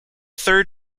third